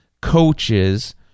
coaches